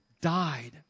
died